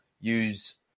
use